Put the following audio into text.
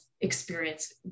experience